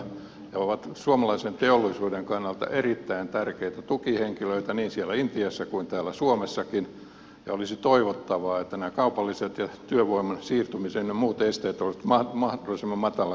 he ovat suomalaisen teollisuuden kannalta erittäin tärkeitä tukihenkilöitä niin siellä intiassa kuin täällä suomessakin ja olisi toivottavaa että nämä kaupalliset ja työvoiman siirtymisen ynnä muut esteet olisivat mahdollisimman matalan kynnyksen takana